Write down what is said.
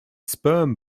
sperm